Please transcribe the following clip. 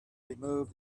remove